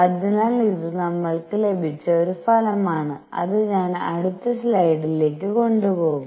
അതിനാൽ ഇത് നമ്മൾക്ക് ലഭിച്ച ഒരു ഫലമാണ് അത് ഞാൻ അടുത്ത സ്ലൈഡിലേക്ക് കൊണ്ടുപോകും